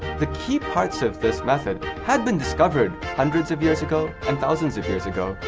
the key parts of this method had been discovered hundreds of years ago and thousands of years ago,